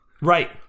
Right